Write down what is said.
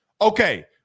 Okay